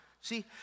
See